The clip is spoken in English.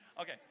Okay